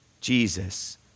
Jesus